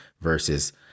versus